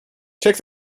check